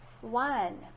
one